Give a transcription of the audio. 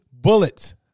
Bullets